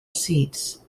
seats